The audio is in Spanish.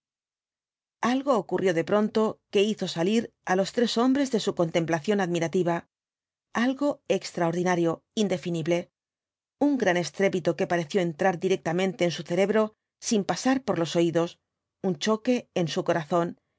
algo ocurrió de pronto que hizo salir á los tres hombres de su contemplación admirativa algo extraordinario indefinible un gran estrépito que pareció entrar directamente en su cerebro sin pasar por los oídos un choque en su corazón